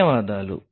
ధన్యవాదాలు